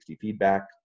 feedback